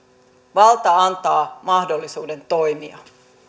valta antaa mahdollisuuden toimia arvoisa